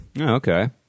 Okay